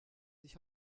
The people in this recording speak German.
sich